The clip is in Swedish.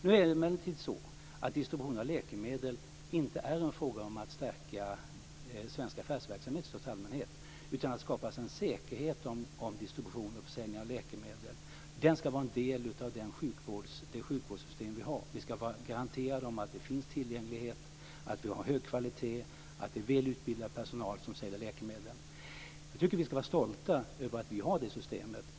Nu är det emellertid så att distribution av läkemedel inte är en fråga om att stärka svensk affärsverksamhet i största allmänhet utan att det skapas en säkerhet kring distribution och försäljning av läkemedel. Det ska vara en del av det sjukvårdssystem vi har. Vi ska vara garanterade att det finns tillgänglighet, att vi har hög kvalitet och att det är väl utbildad personal som säljer läkemedlen. Jag tycker att vi ska vara stolta över att vi har det systemet.